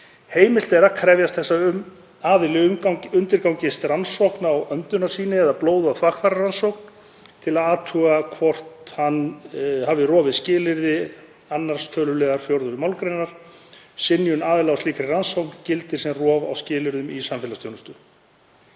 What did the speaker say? Heimilt er að krefjast þess að aðili undirgangist rannsókn á öndunarsýni eða blóð- og þvagrannsókn til að athuga hvort hann hafi rofið skilyrði 2. tölul. 4. mgr. Synjun aðila á slíkri rannsókn gildir sem rof á skilyrðum í samfélagsþjónustu.